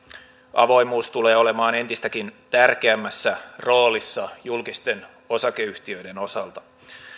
avoimuus tulee olemaan entistäkin tärkeämmässä roolissa julkisten osakeyhtiöiden osalta